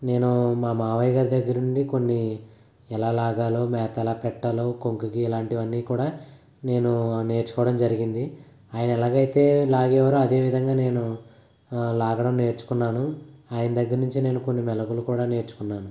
నేను మా మావయ్యగారి దగ్గరనుండి కొన్ని ఎలా లాగాలో మేత ఎలా పెట్టాలో కొక్కెంకి ఇలాంటివి అన్నీ కూడా నేను నేర్చుకోవడం జరిగింది ఆయన ఎలాగైతే లాగేవారో అదే విధంగా నేను లాగడం నేర్చుకున్నాను ఆయన దగ్గర నుంచి నేను కొన్ని మెలకువలు కూడా నేర్చుకున్నాను